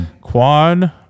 quad